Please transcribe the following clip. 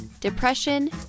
depression